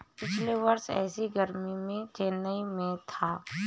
पिछले वर्ष ऐसी गर्मी में मैं चेन्नई में था